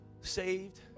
saved